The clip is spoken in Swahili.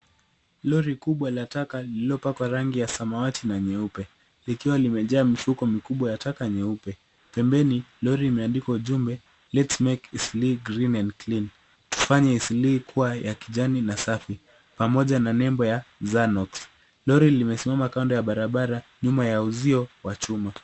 Lori kubwa la taka lilopakwa rangi ya samawati na nyeupe likiwa limejaa mifuko mikubwa ya taka nyeupe. Pembeni, lori limeandikwa ujumbe, let's make Eastleigh green and clean, tufanye Eastleigh kuwa ya kijani na safi, pamoja na nembo ya, zanox. Lori limesimama kando ya barabara nyuma ya uzio wa chuma.